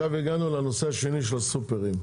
הגענו לנושא השני של הסופרים.